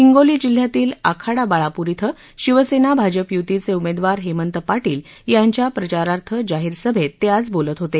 हिंगोली जिल्ह्यातील आखाडा बाळाप्र इथं शिवसेना भाजप य्तीचे उमेदवार हेमंत पाटील यांच्या प्रचारार्थ जाहीर सभेत ते आज बोलत होते